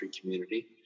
community